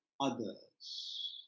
others